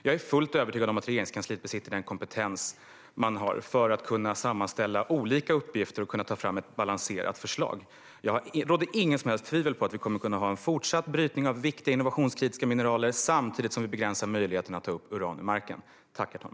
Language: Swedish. Jag är fullt övertygad om att Regeringskansliet besitter den kompetens som krävs för att sammanställa olika uppgifter och kunna ta fram ett balanserat förslag. Det råder inget som helst tvivel om att vi kommer att kunna ha fortsatt brytning av viktiga innovationskritiska mineraler samtidigt som vi begränsar möjligheterna att ta upp uran ur marken.